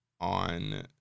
on